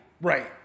right